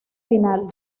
final